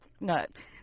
nuts